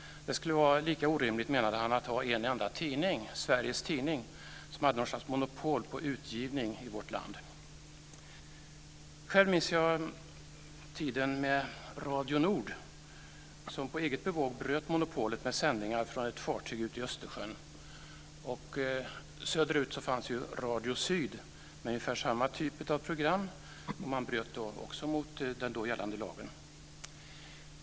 Det skulle vara lika orimligt menade han att ha en enda tidning, Sveriges Tidning, som hade någon sorts monopol på utgivning i vårt land. Själv minns jag tiden med Radio Nord, som på eget bevåg bröt monopolet med sändningar från ett fartyg ute i Östersjön. Söderut fanns Radio Syd med ungefär samma typ av program. Även de bröt mot den då gällande lagen.